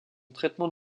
traitement